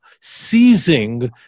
seizing